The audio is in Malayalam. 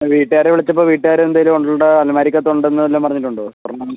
വീട്ടുകാരെ വിളിച്ചപ്പോൾ വീട്ടുകാർ എന്തെങ്കിലും ഉണ്ടോ അലമാരിക്ക് അകത്ത് ഉണ്ടെന്ന് വല്ലതും പറഞ്ഞിട്ട് ഉണ്ടോ സ്വർണ്ണം